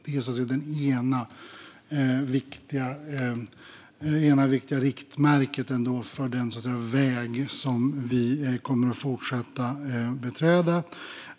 Det är det ena viktiga riktmärket för den väg som vi kommer att fortsätta att beträda.